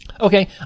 Okay